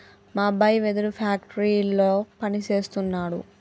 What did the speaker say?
మా అబ్బాయి వెదురు ఫ్యాక్టరీలో పని సేస్తున్నాడు